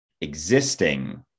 existing